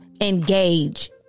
engage